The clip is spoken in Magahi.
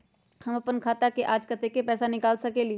हम अपन खाता से आज कतेक पैसा निकाल सकेली?